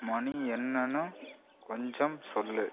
மணி என்னென்று கொஞ்சம் சொல்லு